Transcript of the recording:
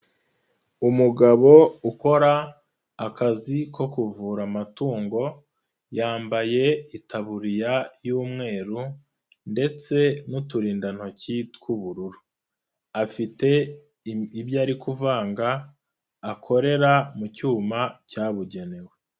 Umugabo ukora akazi ko kuvura amatungo, yambaye itaburiya y'umweru ndetse n'uturindantoki tw'ubururu, afite ibyo ari kuvanga, akorera mu cyuma cyabugenewe.